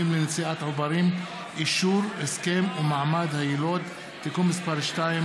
לנשיאת עוברים (אישור הסכם ומעמד היילוד) (תיקון מס' 2),